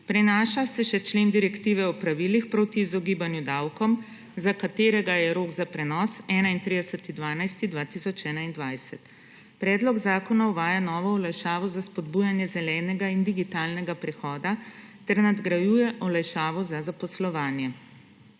Prinaša se še člen direktive o pravilih proti izogibanju davkom, za katerega je rok za prenos 31. 12. 2021. Predlog zakona uvaja novo olajšavo za spodbujanje zelenega in digitalnega prehoda ter nadgrajuje olajšavo za zaposlovanje.